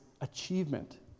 achievement